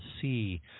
see